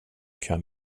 kan